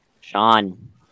Sean